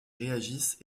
réagissent